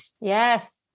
Yes